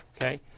Okay